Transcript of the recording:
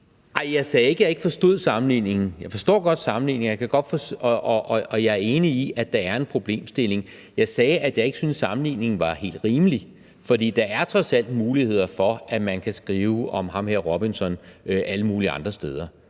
ikke forstod sammenligningen, for jeg forstår godt sammenligningen, og jeg er enig i, at der er en problemstilling. Jeg sagde, at jeg ikke syntes, at sammenligningen var helt rimelig, for der er trods alt muligheder for, at man kan skrive om ham her Robinson alle mulige andre steder,